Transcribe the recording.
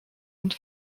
und